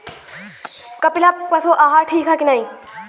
कपिला पशु आहार ठीक ह कि नाही?